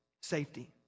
safety